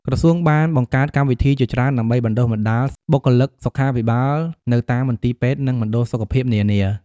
ក្រសួងបានបង្កើតកម្មវិធីជាច្រើនដើម្បីបណ្តុះបណ្តាលបុគ្គលិកសុខាភិបាលនៅតាមមន្ទីរពេទ្យ និងមណ្ឌលសុខភាពនានា។